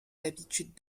habitudes